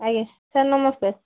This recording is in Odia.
ଆଜ୍ଞା ସାର୍ ନମସ୍କାର